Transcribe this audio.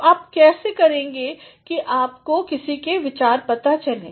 और कैसे आप करेंगे कि आपको किसी के विचार पता चलें